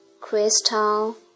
Crystal